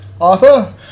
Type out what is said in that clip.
Arthur